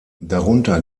darunter